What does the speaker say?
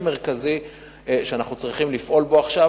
מרכזי שאנחנו צריכים לפעול בו עכשיו.